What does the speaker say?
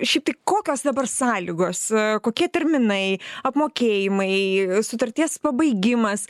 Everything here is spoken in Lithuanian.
šiaip tai kokios dabar sąlygos kokie terminai apmokėjimai sutarties pabaigimas